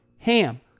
HAM